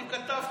אני כתבתי: